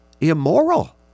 immoral